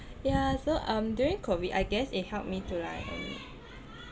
yah so um during COVID I guess it helped me to like